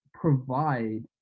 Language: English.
provide